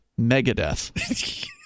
Megadeth